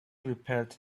prepared